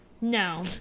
no